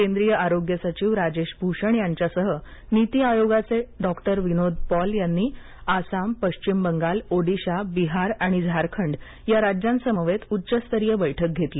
केंद्रीय आरोग्य सचिव राजेश भूषण यांच्यासह निती आयोगाचे डॉक्टर विनोद पॉल यांनी आसाम पश्चिम बंगाल ओडिशा बिहार आणि झारखंड या राज्यांसमवेत उच्चस्तरीय बैठक घेतली